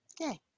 Okay